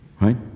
right